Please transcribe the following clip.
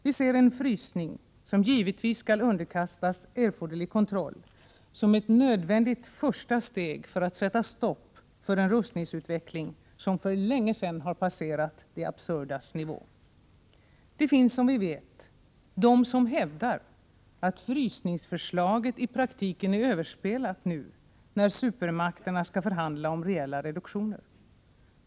Vi ser en frysning, som givetvis skall underkastas erforderlig kontroll, som ett nödvändigt första steg för att sätta stopp för en rustningsutveckling som för länge sedan passerat det absurdas nivå. Det finns som vi vet de som hävdar att frysningsförslaget i praktiken är överspelat nu när supermakterna skall förhandla om reella reduktioner.